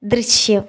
ദൃശ്യം